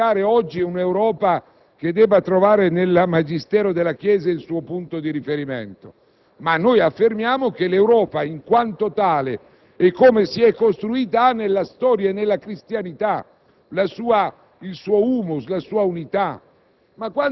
Nessuno, credo, almeno da parte nostra, vuole invocare oggi un'Europa che debba trovare nel magistero della Chiesa il suo punto di riferimento, ma noi affermiamo che l'Europa, in quanto tale, per come si è costruita, ha nella storia e nella cristianità